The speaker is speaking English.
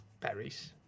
berries